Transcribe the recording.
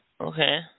Okay